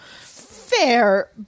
fair